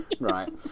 Right